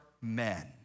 men